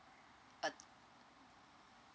uh